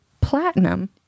platinum